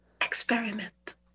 Experiment